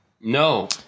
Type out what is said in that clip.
No